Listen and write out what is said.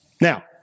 Now